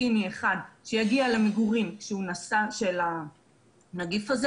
סיני אחד שיגיע למגורים כשהוא נשא של הנגיף הזה